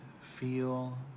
feel